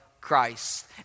Christ